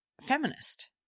feminist